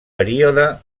període